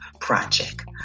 project